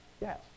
yes